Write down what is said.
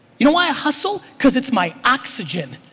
you know why i hustle? cause it's my oxygen.